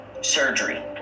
surgery